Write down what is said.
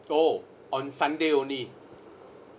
orh on sunday only